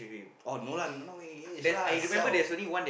oh no lah not engaged lah siao